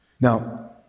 now